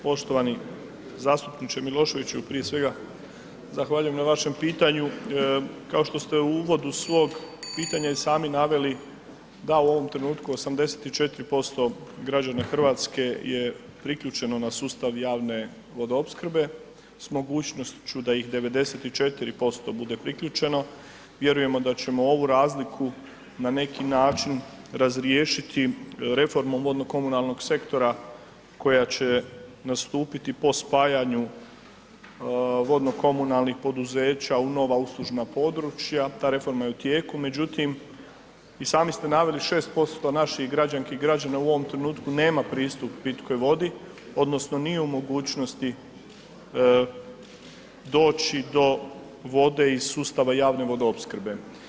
Poštovani zastupniče Miloševiću, prije svega zahvaljujem na vašem pitanju, kao što ste u uvodu svog pitanja i sami naveli da u ovom trenutku 84% građana RH je priključeno na sustav javne vodoopskrbe s mogućnošću da ih 94% bude priključeno, vjerujemo da ćemo ovu razliku na neki način razriješiti reformom vodno komunalnog sektora koja će nastupiti po spajanju vodno komunalnih poduzeća u nova uslužna područja, ta reforma je u tijeku, međutim, i sami ste naveli 6% naših građanki i građana u ovom trenutku nema pristup pitkoj vodi odnosno nije u mogućnosti doći do vode iz sustava javne vodoopsrkbe.